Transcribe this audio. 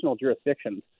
jurisdictions